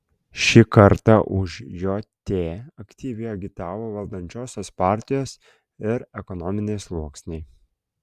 šį kartą už jt aktyviai agitavo valdančiosios partijos ir ekonominiai sluoksniai